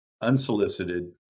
unsolicited